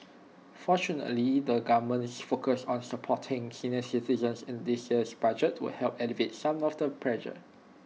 fortunately the government's focus on supporting senior citizens in this year's budget will help alleviate some of the pressure